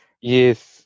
Yes